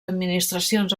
administracions